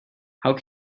how